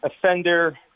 offender